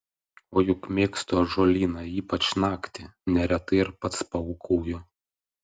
o juk mėgstu ąžuolyną ypač naktį neretai ir pats paūkauju